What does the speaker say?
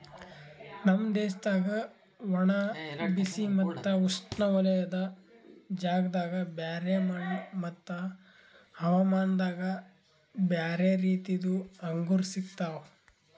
ನಮ್ ದೇಶದಾಗ್ ಒಣ, ಬಿಸಿ ಮತ್ತ ಉಷ್ಣವಲಯದ ಜಾಗದಾಗ್ ಬ್ಯಾರೆ ಮಣ್ಣ ಮತ್ತ ಹವಾಮಾನದಾಗ್ ಬ್ಯಾರೆ ರೀತಿದು ಅಂಗೂರ್ ಸಿಗ್ತವ್